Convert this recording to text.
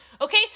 Okay